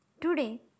Today